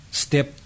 step